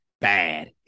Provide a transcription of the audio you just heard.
Bad